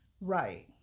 Right